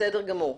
בסדר גמור.